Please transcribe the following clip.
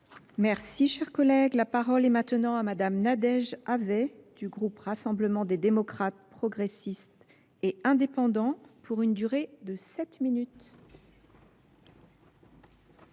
Merci, chers collègues, la parole est maintenant à Mme Nadège Nadège Avez du groupe Rassemblement des démocrates progressistes et indépendant pour une durée de 7 min.